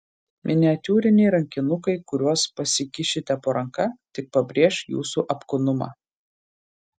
miniatiūriniai rankinukai kuriuos pasikišite po ranka tik pabrėš jūsų apkūnumą